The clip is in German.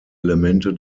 elemente